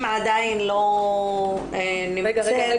אנחנו ניתן לאורית